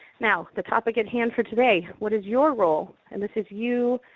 now, the topic at hand for today what is your role? and this is you,